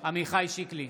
עמיחי שיקלי,